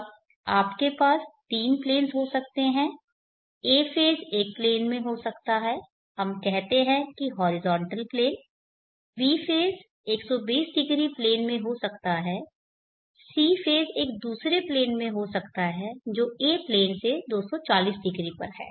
अब आपके पास तीन प्लेन्स हो सकते हैं a फेज़ एक प्लेन में हो सकता है हम कहते हैं कि horizontal plane b phase 120 degree plane में हो सकता है c फेज़ एक दूसरे प्लेन में हो सकता है जो a प्लेन से 240 डिग्री पर है